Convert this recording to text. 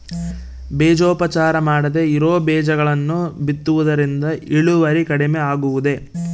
ಬೇಜೋಪಚಾರ ಮಾಡದೇ ಇರೋ ಬೇಜಗಳನ್ನು ಬಿತ್ತುವುದರಿಂದ ಇಳುವರಿ ಕಡಿಮೆ ಆಗುವುದೇ?